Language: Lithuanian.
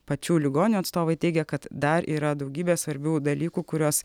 pačių ligonių atstovai teigia kad dar yra daugybė svarbių dalykų kuriuos